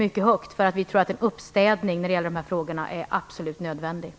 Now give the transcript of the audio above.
Vi tror att det är absolut nödvändigt med en uppstädning när det gäller dessa frågor.